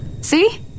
See